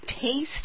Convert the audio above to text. taste